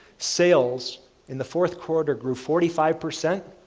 sales in the fourth quarter grew forty five percent.